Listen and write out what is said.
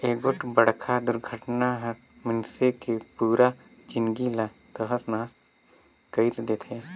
एगोठ बड़खा दुरघटना हर मइनसे के पुरा जिनगी ला तहस नहस कइर देथे